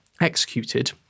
Executed